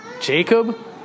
Jacob